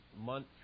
month